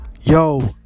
Yo